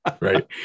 Right